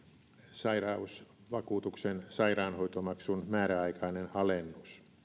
sairausvakuutuksen sairaanhoitomaksun määräaikainen alennus